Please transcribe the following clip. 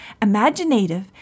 Imaginative